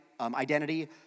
identity